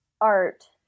art